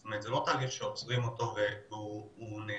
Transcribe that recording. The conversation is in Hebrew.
זאת אומרת זה לא תהליך שעוצרים אותו והוא נעצר,